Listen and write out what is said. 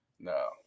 No